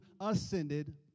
ascended